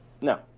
no